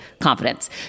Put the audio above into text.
confidence